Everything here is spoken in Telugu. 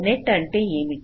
నెట్ అంటే ఏంటి